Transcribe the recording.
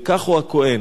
וכך הוא הכוהן,